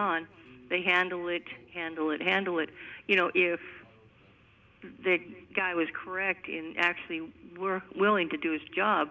on they handle it handle it handle it you know if they guy was correct in actually we were willing to do his job